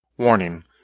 Warning